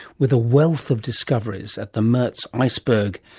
with a wealth of discoveries at the mertz iceberg,